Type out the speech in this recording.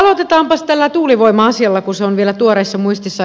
aloitetaanpas tällä tuulivoima asialla kun se on vielä tuoreessa muistissa